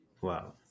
wow